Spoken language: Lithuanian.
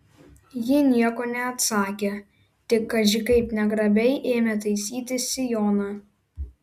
ji nieko neatsakė tik kaži kaip negrabiai ėmė taisytis sijoną